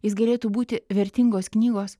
jis galėtų būti vertingos knygos